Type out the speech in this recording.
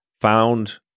found